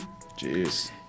Jeez